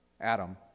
Adam